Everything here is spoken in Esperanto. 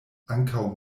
ankaŭ